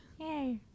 yay